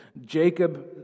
Jacob